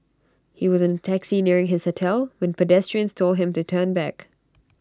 he was in taxi nearing his hotel when pedestrians told him to turn back